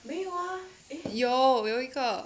有有一个